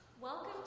Welcome